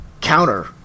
counter